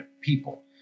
people